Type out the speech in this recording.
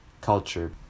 culture